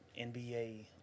NBA